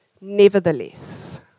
nevertheless